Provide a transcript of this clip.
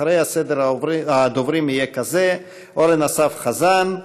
ואחריה סדר הדוברים יהיה כזה: אורן אסף חזן,